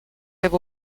его